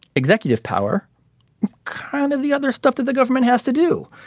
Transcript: executive power kind of the other stuff that the government has to do.